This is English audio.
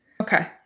Okay